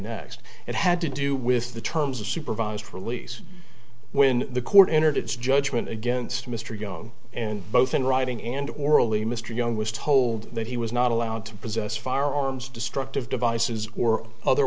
next it had to do with the terms of supervised release when the court entered its judgment against mr young and both in writing and orally mr young was told that he was not allowed to possess firearms destructive devices or other